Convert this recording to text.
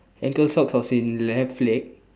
ankle socks on his left leg